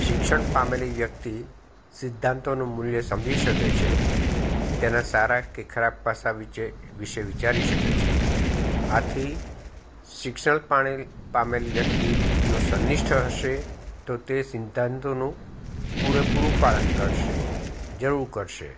શિક્ષણ પામેલી વ્યક્તિ સિદ્ધાંતોનું મૂલ્ય સમજી શકે છે તેના સારા કે ખરાબ પાસા વિચે વિષે વિચારી શકે છે આથી શિક્ષણ પાણી પામેલી વ્યક્તિ જો સંનિષ્ઠ હશે તો તે સિદ્ધાંતોનું પૂરેપૂરું પાલન કરશે જરૂર કરશે